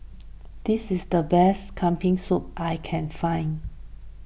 this is the best Kambing Soup I can find